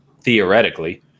theoretically